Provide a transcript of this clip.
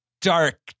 Dark